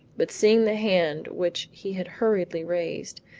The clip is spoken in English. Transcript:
but seeing the hand which he had hurriedly raised,